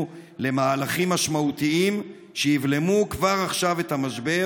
למהלכים משמעותיים שיבלמו כבר עכשיו את המשבר,